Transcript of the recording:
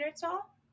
tall